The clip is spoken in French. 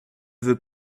veux